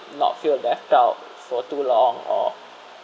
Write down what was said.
not feel left out for too long or